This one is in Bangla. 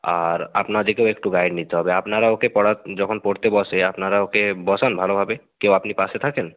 আর আপনাদেকেও একটু গাইড নিতে হবে আপনারা ওকে পড়া যখন পড়তে বসে আপনারা ওকে বসান ভালোভাবে কেউ আপনি পাশে থাকেন